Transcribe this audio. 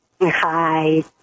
Hi